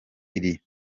iri